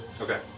Okay